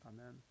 Amen